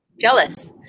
Jealous